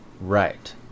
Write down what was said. Right